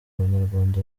banyarwanda